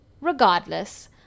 regardless